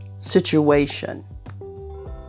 situation